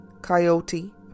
coyote